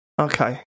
Okay